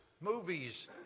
Movies